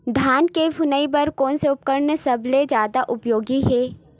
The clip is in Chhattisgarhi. धान के फुनाई बर कोन से उपकरण सबले जादा उपयोगी हे?